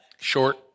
short